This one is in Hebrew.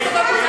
נגד כל העולם.